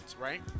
right